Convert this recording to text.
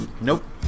Nope